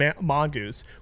Mongoose